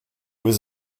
was